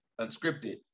Unscripted